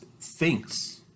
thinks